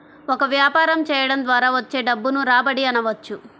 ఒక వ్యాపారం చేయడం ద్వారా వచ్చే డబ్బును రాబడి అనవచ్చు